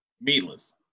Meatless